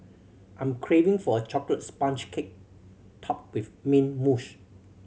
I'm craving for a chocolate sponge cake topped with mint mousse